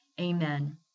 Amen